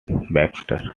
baxter